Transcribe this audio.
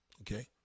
okay